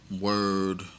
word